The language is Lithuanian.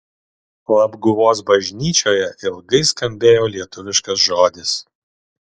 labguvos bažnyčioje ilgai skambėjo lietuviškas žodis